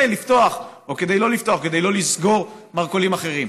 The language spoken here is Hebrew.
לפתוח או כדי לא לסגור מרכולים אחרים.